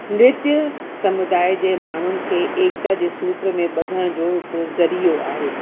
नृत्य समुदाय जे माण्हुनि खे एकता जे सूत्र में ॿधण जो हिकिड़ो ज़रियो आहे